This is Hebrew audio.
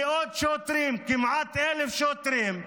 מאות שוטרים, כמעט 1,000 שוטרים,